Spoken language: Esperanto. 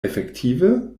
efektive